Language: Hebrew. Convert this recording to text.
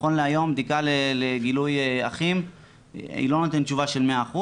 נכון להיום בדיקה לגילוי אחים לא נותנת תשובה של 100%,